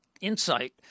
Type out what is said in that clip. insight